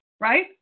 right